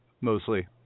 mostly